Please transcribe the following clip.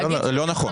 לא נכון.